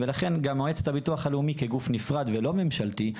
ולכן גם מועצת הביטוח הלאומי כגוף נפרד ולא ממשלתי.